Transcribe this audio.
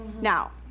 Now